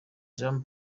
jean